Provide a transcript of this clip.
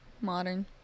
modern